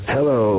Hello